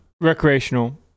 Recreational